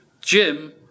Jim